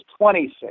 26